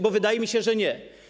Bo wydaje mi się, że nie.